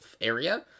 area